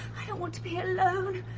i don't want to be alone!